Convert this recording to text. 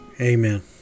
amen